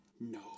no